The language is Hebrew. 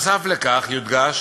נוסף על כך יודגש